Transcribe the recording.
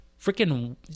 freaking